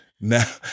now